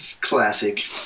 Classic